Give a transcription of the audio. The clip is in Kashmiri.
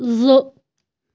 زٕ